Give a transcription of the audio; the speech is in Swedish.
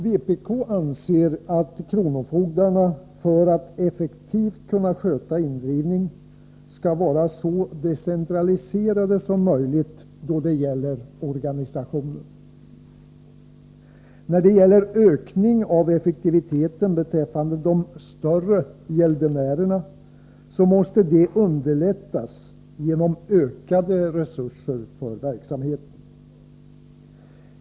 Vpk anser att kronofogdarna, för att effektivt kunna sköta indrivningen, skall vara så decentraliserade som möjligt då det gäller organisationen. Ökad effektivitet beträffande de ”större” gäldenärerna måste underlättas genom ökade resurser för verksamheten.